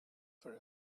for